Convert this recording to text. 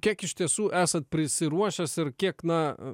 kiek iš tiesų esat prisiruošęs ir kiek na